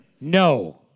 No